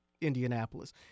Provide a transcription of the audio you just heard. Indianapolis